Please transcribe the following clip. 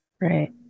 Right